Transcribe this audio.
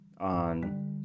On